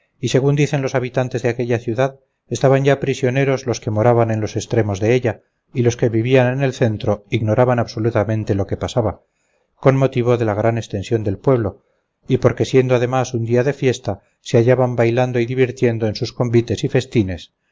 y según dicen los habitantes de aquella ciudad estaban ya prisioneros los que moraban en los extremos de ella y los que vivían en el centro ignoraban absolutamente lo que pasaba con motivo de la gran extensión del pueblo y porque siendo además un día de fiesta se hallaban bailando y divirtiendo en sus convites y festines